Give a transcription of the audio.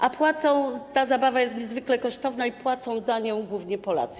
A ta zabawa jest niezwykle kosztowna i płacą za nią głównie Polacy.